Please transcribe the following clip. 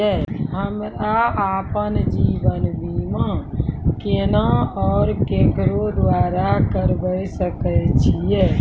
हमरा आपन जीवन बीमा केना और केकरो द्वारा करबै सकै छिये?